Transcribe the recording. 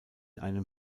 einem